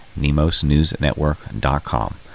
nemosnewsnetwork.com